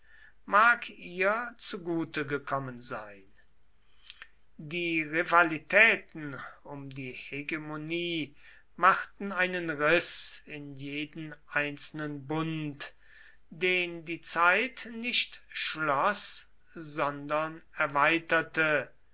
mag ihr zugute gekommen sein die rivalitäten um die hegemonie machten einen riß in jeden einzelnen bund den die zeit nicht schloß sondern erweiterte